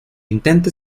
intenta